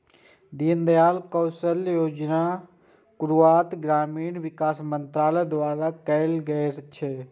दीनदयाल कौशल्य योजनाक शुरुआत ग्रामीण विकास मंत्रालय द्वारा कैल गेल छै